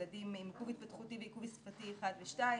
ילדים עם עיכוב התפתחותי ועיכוב שפתי 1 ו-2,